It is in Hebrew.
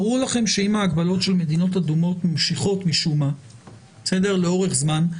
ברור לכם שאם ההגבלות של מדינות אדומות ממשיכות משום מה לאורך זמן,